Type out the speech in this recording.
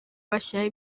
bashyiraho